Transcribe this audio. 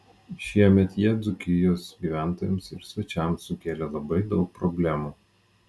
šiemet jie dzūkijos gyventojams ir svečiams sukėlė labai daug problemų